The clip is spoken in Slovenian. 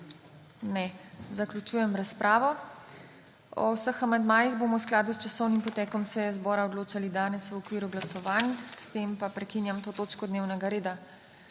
(Ne.) Zaključujem razpravo. O vseh amandmajih bomo v skladu s časovnim potekom seje zbora odločali danes v okviru glasovanj. S tem prekinjam to točko dnevnega reda.